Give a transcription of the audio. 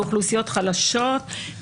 לאוכלוסיות חלשות.